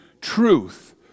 truth